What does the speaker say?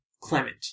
Clement